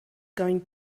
going